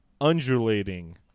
undulating